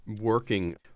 working